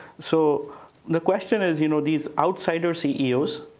so the question is, you know these outsider ceos,